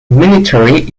military